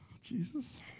Jesus